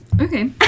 okay